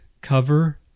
cover